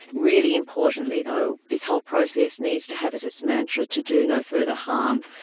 really importantly though this whole process needs to have at its mantra to do no further harm.